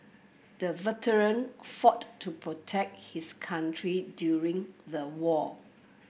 the veteran fought to protect his country during the war